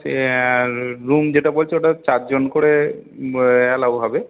room যেটা বলছেন ওটা চারজন করে অ্যালাউ হবে